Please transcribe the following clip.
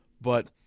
but-